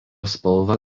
spalva